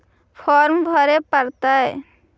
Farm भरे परतय?